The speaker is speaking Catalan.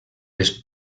les